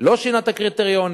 לא שינה את הקריטריונים,